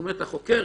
כלומר החוקר